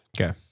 Okay